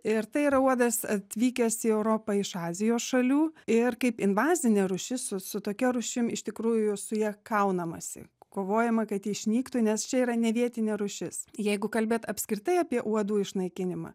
ir tai yra uodas atvykęs į europą iš azijos šalių ir kaip invazinė rūšis su su tokia rūšim iš tikrųjų su ja kaunamasi kovojama kad ji išnyktų nes čia yra ne vietinė rūšis jeigu kalbėt apskritai apie uodų išnaikinimą